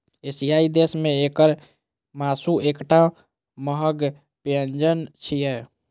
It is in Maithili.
एशियाई देश मे एकर मासु एकटा महग व्यंजन छियै